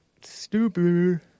stupid